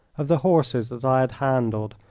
of the horses that i had handled,